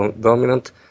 dominant